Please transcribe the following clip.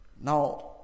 Now